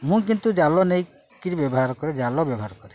ମୁଁ କିନ୍ତୁ ଜାଲ ନେଇକିରି ବ୍ୟବହାର କରେ ଜାଲ ବ୍ୟବହାର କରେ